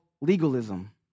legalism